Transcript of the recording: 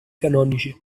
canonici